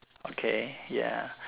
okay ya